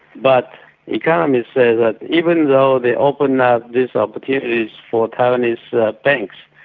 but economists say that even though they open up these opportunities for taiwanese banks,